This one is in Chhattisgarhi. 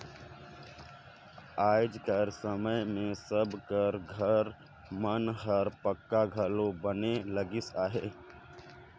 आएज कर समे मे सब कर घर मन हर पक्का घलो बने लगिस अहे